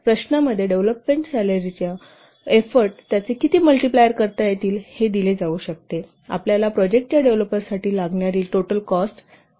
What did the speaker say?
प्रश्नामध्ये डेव्हलपर सॅलरीच्या एफोर्ट त्याचे किती मल्टिप्लायर करता येईल हे दिले जाऊ शकते आपल्याला प्रोजेक्टच्या डेव्हलपरसाठी लागणारी टोटल कॉस्ट मिळेल